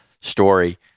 story